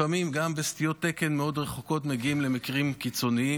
לפעמים גם בסטיות תקן מאוד קטנות מגיעים למקרים קיצוניים,